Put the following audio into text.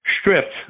Stripped